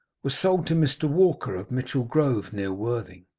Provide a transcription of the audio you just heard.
were sold to mr. walker, of mitchell grove, near worthing.